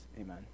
Amen